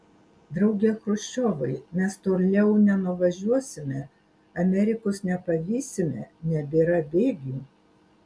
drauge chruščiovai mes toliau nenuvažiuosime amerikos nepavysime nebėra bėgių